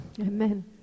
amen